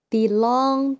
Belong